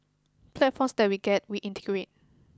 platforms that we get we integrate